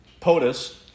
POTUS